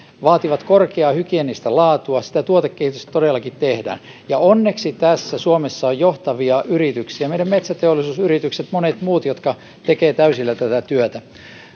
vaativat korkeaa hygieenistä laatua sitä tuotekehitystä todellakin tehdään ja onneksi suomessa on tässä johtavia yrityksiä meidän metsäteollisuusyrityksemme monet muut jotka tekevät täysillä tätä työtä